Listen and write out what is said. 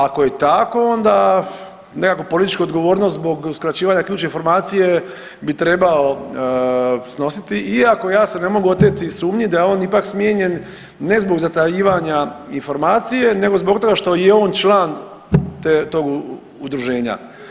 Ako je tako nekakvu političku odgovornost zbog uskraćivanja ključne informacije bi trebao snositi, iako ja se ne mogu oteti sumnji da je on ipak smijenjen ne zbog zatajivanja informacije nego zbog toga što je on član tog udruženja.